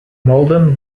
malden